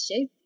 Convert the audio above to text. issue